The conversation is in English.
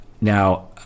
Now